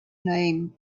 name